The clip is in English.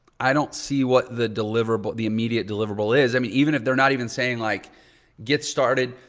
i don't see what the deliverable, the immediate deliverable is. i mean even if they're not even saying like get started,